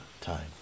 time